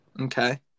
Okay